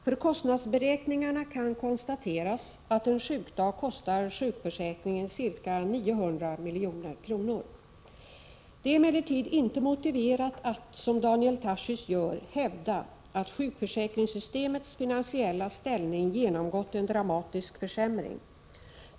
För kostnadsberäkningarna kan konstateras att en sjukdag kostar sjukförsäkringen ca 900 milj.kr. Det är emellertid inte motiverat att, som Daniel Tarschys gör, hävda att sjukförsäkringssystemets finansiella ställning genomgått en dramatisk försämring.